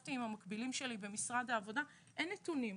ישבתי עם המקבילים שלי במשרד העבודה ואין נתונים.